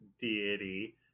deity